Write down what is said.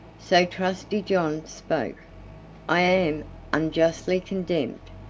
so trusty john spoke i am unjustly condemned,